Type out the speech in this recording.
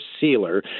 sealer